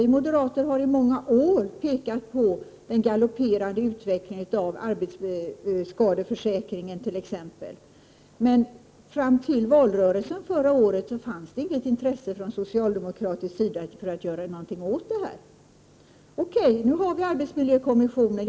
Vi moderater har t.ex. i många år pekat på den galopperande utvecklingen av arbetsskadeförsäkringen, men fram till valrörelsen förra året fanns det inget intresse från socialdemokratisk sida att göra någonting åt detta. Okej, nu har vi arbetsmiljökommissionen.